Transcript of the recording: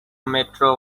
metro